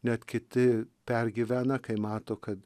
net kiti pergyvena kai mato kad